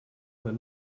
man